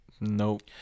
Nope